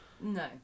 No